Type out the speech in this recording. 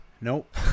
Nope